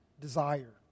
desire